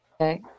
Okay